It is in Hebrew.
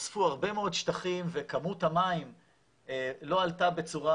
נוספו הרבה מאוד שטחים וכמות המים לא עלתה בצורה